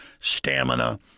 stamina